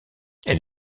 elle